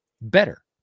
better